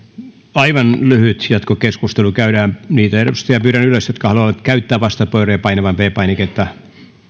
aivan lyhyt jatkokeskustelu niitä edustajia pyydän nousemaan ylös jotka haluavat käyttää vastauspuheenvuoron ja painamaan viides painiketta